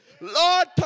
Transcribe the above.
Lord